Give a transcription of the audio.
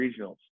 regionals